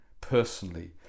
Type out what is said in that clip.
personally